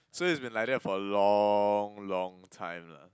so is been like that for long long time lah